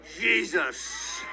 Jesus